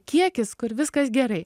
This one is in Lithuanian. kiekis kur viskas gerai